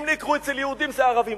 ואם נעקרו אצל יהודים זה ערבים.